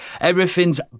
everything's